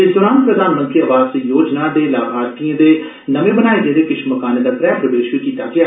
इस दौरान प्रधानमंत्री आवास योजना दे लाभार्थियें दे नमें बनाए गेदे किश मकानें दा गृह प्रवेश बी करोआया गेआ